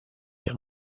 via